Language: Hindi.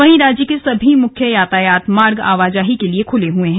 वहीं राज्य के सभी मुख्य यातायात मार्ग आवाजाही के लिए खुले हुए हैं